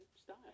style